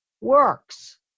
works